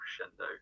crescendo